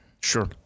Sure